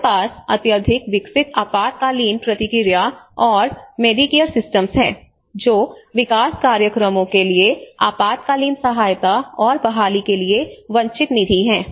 हमारे पास अत्यधिक विकसित आपातकालीन प्रतिक्रिया और मेडिकेयर सिस्टम हैं जो विकास कार्यक्रमों के लिए आपातकालीन सहायता और बहाली के लिए वंचित निधि हैं